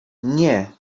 nie